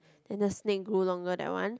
then the snake grew longer that one